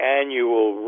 annual